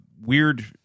weird